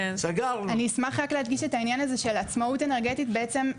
אני אשמח רק להדגיש את העניין הזה של עצמאות אנרגטית בעצם,